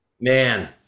man